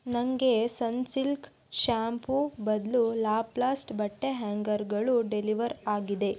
ನಂಗೆ Sunsilk shampoo ಬದಲು ಲಾ ಪ್ಲಾಸ್ಟ್ ಬಟ್ಟೆ ಹ್ಯಾಂಗರ್ಗಳು ಡೆಲಿವರ್ ಆಗಿದೆ